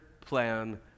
plan